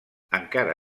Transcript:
encara